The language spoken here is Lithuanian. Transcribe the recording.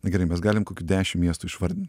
na gerai mes galim dešim miestų išvardint